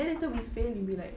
then later we fail you'll be like